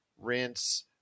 rinse